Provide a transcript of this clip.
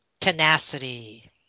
tenacity